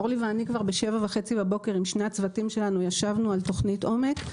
אורלי ואני כבר ב-7:30 בבוקר עם שני הצוותים שלנו ישבנו על תוכנית עומק.